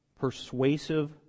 persuasive